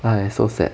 !aiya! so sad